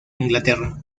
inglaterra